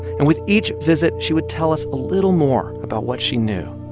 and with each visit, she would tell us a little more about what she knew.